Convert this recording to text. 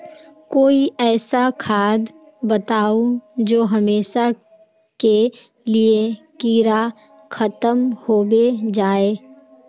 कोई ऐसा खाद बताउ जो हमेशा के लिए कीड़ा खतम होबे जाए?